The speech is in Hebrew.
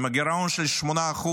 עם גירעון של 8%,